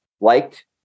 liked